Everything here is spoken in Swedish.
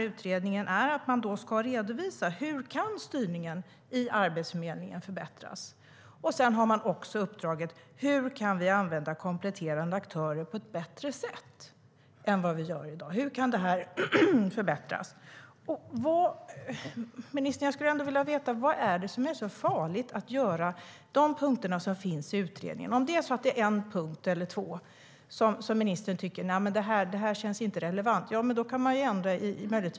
Utredningen ska redovisa hur styrningen i Arbetsförmedlingen kan förbättras. Sedan finns också uppdraget att ta fram hur kompletterande aktörer kan användas på ett bättre sätt än i dag. Vad är det som är så farligt med de olika punkterna i utredningen, ministern? Om ministern tycker att en eller två punkter i utredningen inte är relevanta går det att ändra i direktiven.